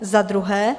Za druhé.